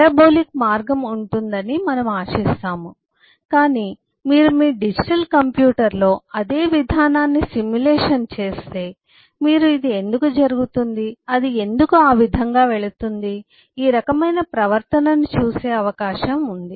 parabolic మార్గం ఉంటుందని మనము ఆశిస్తాము కాని మీరు మీ డిజిటల్ కంప్యూటర్లో అదే విధానాన్ని సిమ్యులేషన్simulation అనుకరించడం చేస్తే మీరు ఇది ఎందుకు జరుగుతుంది అది ఎందుకు ఆ విధంగా వెళుతుంది ఈ రకమైన ప్రవర్తనను చూసే అవకాశం ఉంది